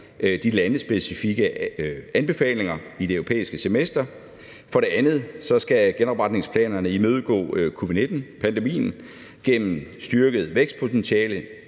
de landespecifikke anbefalinger i det europæiske semester; for det andet skal genopretningsplanerne imødegå covid-19-pandemien gennem styrket vækstpotentiale,